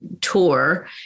tour